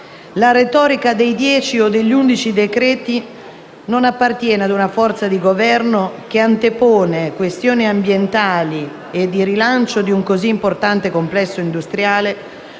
La retorica dei dieci o degli undici decreti non appartiene ad una forza di Governo che antepone questioni ambientali e di rilancio di un così importante complesso industriale,